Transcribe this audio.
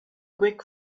quick